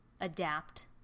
adapt